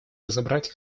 разработать